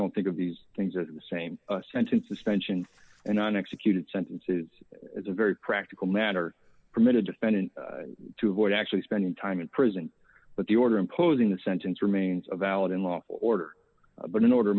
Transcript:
don't think of these things as the same sentence suspensions and not executed sentences as a very practical matter permit a defendant to avoid actually spending time in prison but the order imposing the sentence remains of valid unlawful order but in order